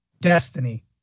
Destiny